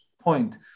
point